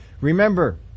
Remember